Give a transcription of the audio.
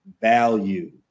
value